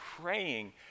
praying